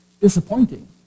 disappointing